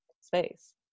space